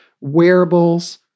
wearables